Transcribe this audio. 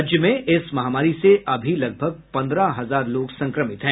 राज्य में इस महामारी से अभी लगभग पंद्रह हजार लोग संक्रमित हैं